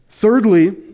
Thirdly